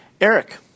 Eric